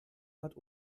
hat